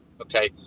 okay